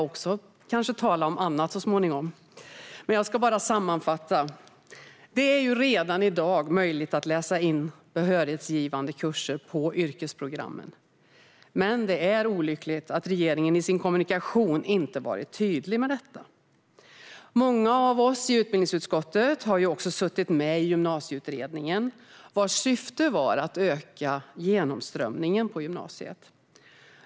Låt mig bara sammanfatta: Det är redan i dag möjligt att läsa in behörighetsgivande kurser på yrkesprogrammen, men det är olyckligt att regeringen i sin kommunikation inte har varit tydlig med detta. Många av oss i utbildningsutskottet har ju också suttit med i Gymnasieutredningen, vars syfte var att öka genomströmningen på gymnasiet.